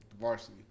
varsity